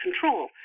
control